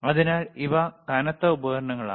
അതിനാൽ ഇവ കനത്ത ഉപകരണങ്ങളാണ്